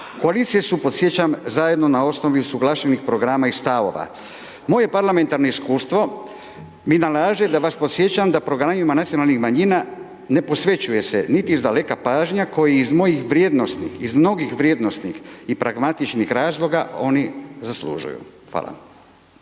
Koalicije su, podsjećam, zajedno na osnovi usuglašenih programa i stavova. Moje parlamentarno iskustvo mi nalaže da vas podsjećam da programima nacionalnih manjina ne posvećuje se niti izdaleka pažnja koji iz mojih vrijednosnih, iz mnogih vrijednosnih i pragmatičnih razloga oni zaslužuju. Hvala.